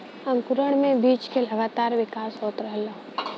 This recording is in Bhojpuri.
अंकुरण में बीज क लगातार विकास होत रहला